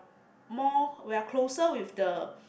more we're closer with the